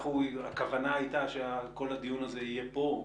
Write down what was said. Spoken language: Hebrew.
הכוונה הייתה שכל הדיון הזה יהיה פה,